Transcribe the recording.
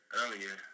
earlier